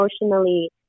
emotionally